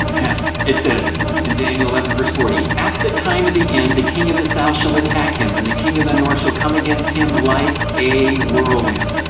now it says in daniel eleven forty, at the time of the end the king of the south shall attack him, and the king of the north shall come against him like a whirlwind.